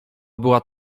była